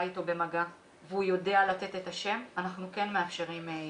במגע והוא יודע לתת את השם אנחנו כן מאפשרים ערעור.